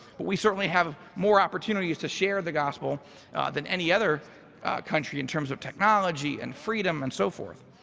but we certainly have more opportunities to share the gospel than any other country in terms of technology and freedom and so forth.